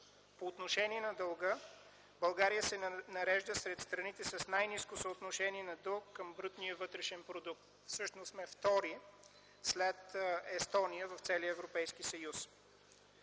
По отношение на дълга, България се нарежда сред страните с най-ниско съотношение на дълг към брутния вътрешен продукт. Всъщност сме втори след Естония в целия Европейски съюз.